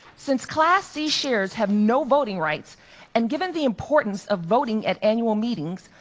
since class c shares have no voting rights and given the importance of voting at annual meetings,